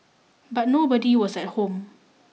but nobody was at home